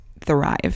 thrive